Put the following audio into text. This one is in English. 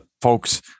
folks